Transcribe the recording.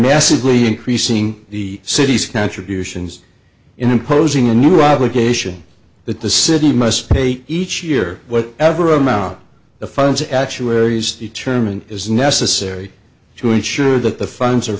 necessarily increasing the city's contributions in imposing a new obligation that the city must pay each year what ever amount the funds actuaries determine is necessary to ensure that the funds are